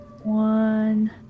One